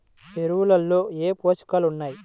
ఎరువులలో ఏ పోషకాలు ఉన్నాయి?